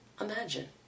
imagine